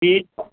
ठीकु